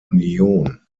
union